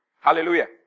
Hallelujah